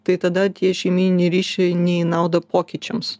tai tada tie šeimyniniai ryšiai ne į naudą pokyčiams